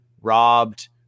robbed